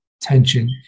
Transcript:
tension